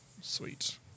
Sweet